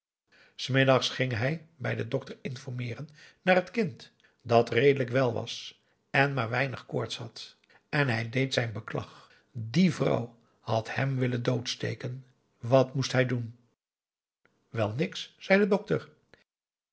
s middags ging hij bij den dokter informeeren naar het kind dat redelijk wel was en maar weinig koorts had en hij deed zijn beklag die vrouw aum boe akar eel had hem willen doodsteken wat moest hij doen wel niks zei de dokter